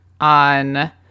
on